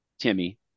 Timmy